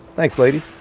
thanks. ladies.